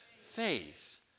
faith